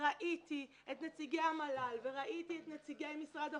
וראיתי את נציגי המל"ל, את נציגי משרד החוץ,